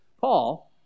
Paul